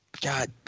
God